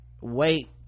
wait